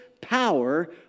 power